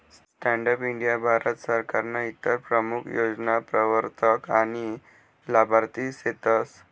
stand up India Bharat सरकारनं इतर प्रमूख योजना प्रवरतक आनी लाभार्थी सेतस